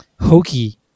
hokey